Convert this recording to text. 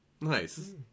Nice